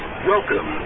Welcome